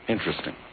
Interesting